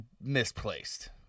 misplaced